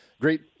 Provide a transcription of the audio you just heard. great